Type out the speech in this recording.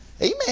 Amen